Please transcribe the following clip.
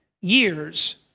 years